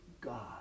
God